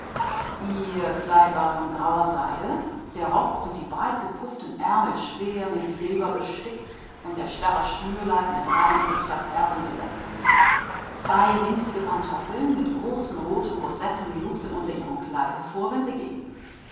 ihr kleid war aus grauer seide der saum und die weiten puffärmel schwer mit silber bestickt und das steife mieder mit reihen schöner perlen besetzt zwei winzige schuhe mit großen rosigen schleifen sahen unter ihrem kleide hervor wenn sie ging